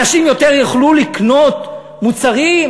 אנשים יותר יוכלו לקנות מוצרים?